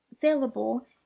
Saleable